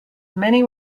many